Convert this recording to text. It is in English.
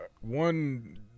one